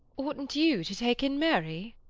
oughtn't you to take in mary?